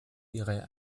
ihrer